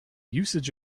usage